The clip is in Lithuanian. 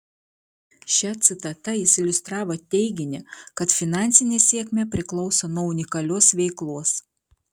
šia citata jis iliustravo teiginį kad finansinė sėkmė priklauso nuo unikalios veiklos